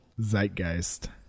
zeitgeist